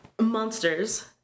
monsters